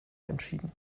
entschieden